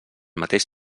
mateix